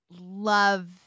love